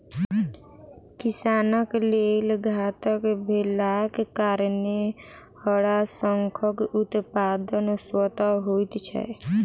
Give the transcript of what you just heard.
किसानक लेल घातक भेलाक कारणेँ हड़ाशंखक उत्पादन स्वतः होइत छै